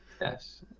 Yes